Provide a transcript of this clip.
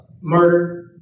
Murder